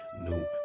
new